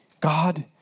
God